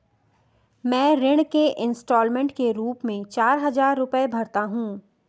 मैं ऋण के इन्स्टालमेंट के रूप में चार हजार रुपए भरता हूँ